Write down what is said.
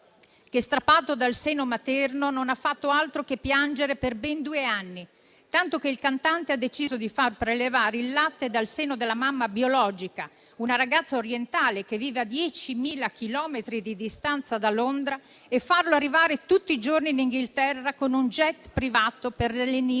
che, strappato dal seno materno, non ha fatto altro che piangere per ben due anni, tanto che il cantante ha deciso di far prelevare il latte dal seno della mamma biologica, una ragazza orientale che vive a 10.000 chilometri di distanza da Londra, e farlo arrivare tutti i giorni in Inghilterra con un *jet* privato per lenire